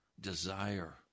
desire